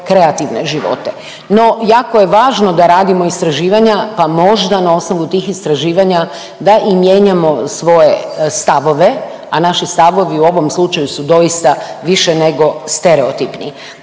kreativne živote? No jako je važno da radimo istraživanja, pa možda na osnovu tih istraživanja da i mijenjamo svoje stavove, a naši stavovi u ovom slučaju su doista više nego stereotipni.